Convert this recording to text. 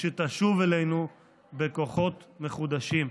ושתשוב אלינו בכוחות מחודשים.